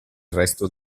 resto